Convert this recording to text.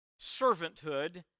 servanthood